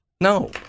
no